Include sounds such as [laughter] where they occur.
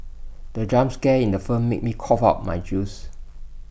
the jump scare [noise] in the film made me cough out [noise] my juice